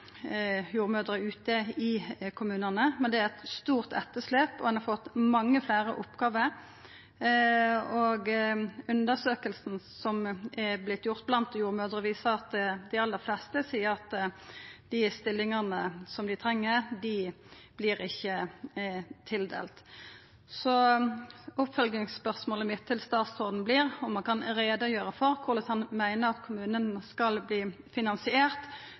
jordmødrer ute i kommunane, men det er eit stort etterslep, og ein har fått mange fleire oppgåver. Undersøkinga som ein har gjort blant jordmødrer, viser at dei aller fleste seier at dei stillingane som dei treng, ikkje vert tildelte. Oppfølgingsspørsmålet mitt til statsråden vert om han kan gjera greie for korleis han meiner at kommunane skal